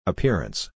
Appearance